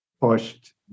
pushed